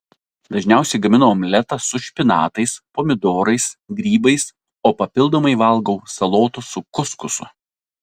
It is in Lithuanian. dažniausiai gaminu omletą su špinatais pomidorais grybais o papildomai valgau salotų su kuskusu